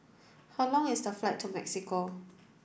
how long is the flight to Mexico